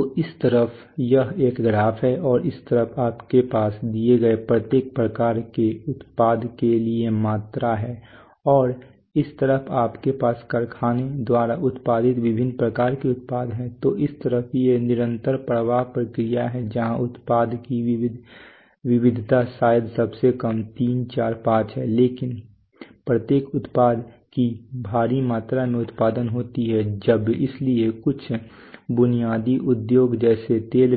तो इस तरफ यह एक ग्राफ है और इस तरफ आपके पास दिए गए प्रत्येक प्रकार के उत्पाद के लिए मात्रा है और इस तरफ आपके पास कारखाने द्वारा उत्पादित विभिन्न प्रकार के उत्पाद हैं तो इस तरफ ये निरंतर प्रवाह प्रक्रियाएं हैं जहां उत्पाद की विविधता शायद सबसे कम 3 4 5 है लेकिन प्रत्येक उत्पाद की भारी मात्रा में उत्पादन होता है इसलिए कुछ बुनियादी उद्योग जैसे तेल